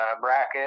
bracket